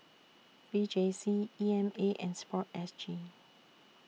V J C E M A and Sport S G